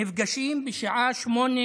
נפגשים בשעה